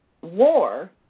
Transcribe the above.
war